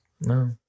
No